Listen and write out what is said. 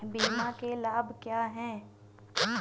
बीमा के लाभ क्या हैं?